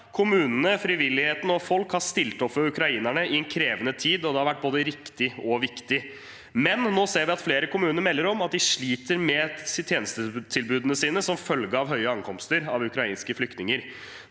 Kommunene, frivilligheten og folk har stilt opp for ukrainerne i en krevende tid, og det har vært både riktig og viktig. Men nå ser vi at flere kommuner melder om at de sliter med tjenestetilbudene sine som følge av et høyt antall ankomster av ukrainske flyktninger.